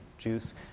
juice